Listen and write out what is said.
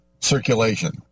circulation